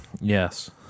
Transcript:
Yes